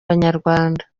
banyarwanda